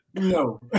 No